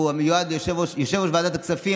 יושב-ראש ועדת הכספים,